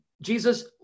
Jesus